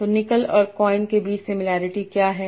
तो निकल और कॉइन के बीच सिमिलैरिटी क्या है